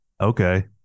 Okay